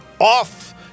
off